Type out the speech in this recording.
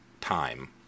time